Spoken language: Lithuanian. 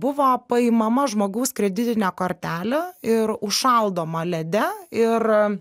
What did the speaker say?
buvo paimama žmogaus kreditinė kortelė ir užšaldoma lede ir